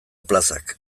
plazak